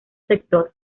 sector